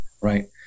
right